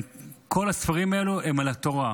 כל הספרים האלה הם על התורה.